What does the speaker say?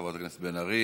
תודה, חברת הכנסת בן ארי.